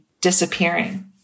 disappearing